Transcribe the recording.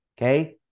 Okay